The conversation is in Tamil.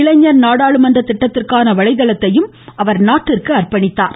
இளைஞர் நாடாளுமன்ற திட்டத்திற்கான வலைதளத்தையும் குடியரசு தலைவர் நாட்டிற்கு அர்ப்பணித்தார்